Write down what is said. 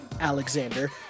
Alexander